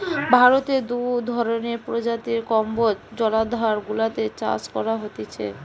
ভারতে দু ধরণের প্রজাতির কম্বোজ জলাধার গুলাতে চাষ করা হতিছে